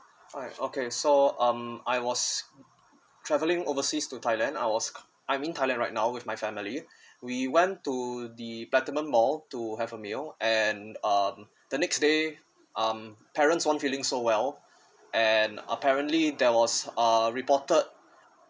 alright okay so um I was travelling overseas to thailand I was I'm in thailand right now with my family we went to the platinum mall to have a meal and um the next day um parents won't feeling so well and apparently there was uh reported